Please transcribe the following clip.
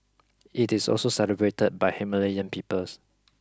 it is also celebrated by Himalayan peoples